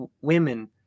women